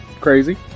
crazy